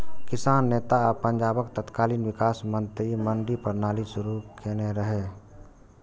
किसान नेता आ पंजाबक तत्कालीन विकास मंत्री मंडी प्रणाली शुरू केने रहै